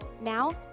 Now